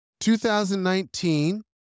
2019